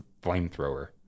flamethrower